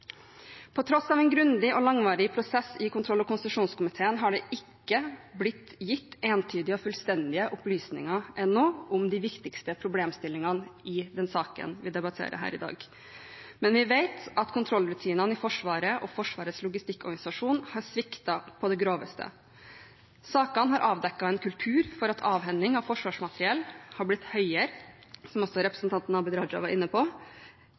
På tross av en grundig og langvarig prosess i kontroll- og konstitusjonskomiteen har det ikke blitt gitt entydige og fullstendige opplysninger ennå om de viktigste problemstillingene i den saken vi debatterer her i dag. Men vi vet at kontrollrutinene i Forsvaret og Forsvarets logistikkorganisasjon har sviktet på det groveste. Sakene har avdekket en kultur for at avhending av forsvarsmateriell, som også representanten Abid Q. Raja var inne på,